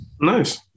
Nice